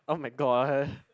[oh]-my-god